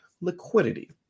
liquidity